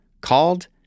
called